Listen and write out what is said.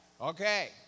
Okay